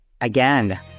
again